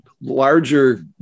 larger